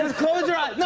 close your eyes.